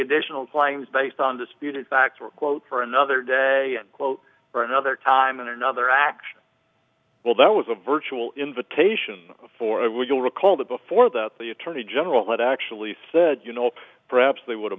additional claims based on disputed facts were quote for another day and quote for another time in another action well that was a virtual invitation for i will recall that before that the attorney general had actually said you know perhaps they would